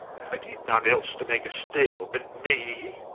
had he none else to make a stale but me?